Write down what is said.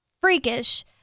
freakish